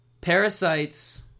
Parasites